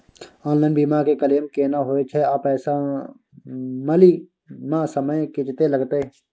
Online बीमा के claim केना होय छै आ पैसा मिले म समय केत्ते लगतै?